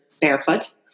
barefoot